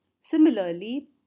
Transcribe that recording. Similarly